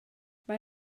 mae